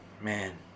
Man